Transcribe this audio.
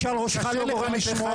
אי-אפשר לכנות את עצמכם